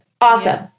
Awesome